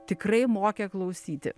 tikrai mokė klausyti